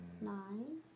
Nine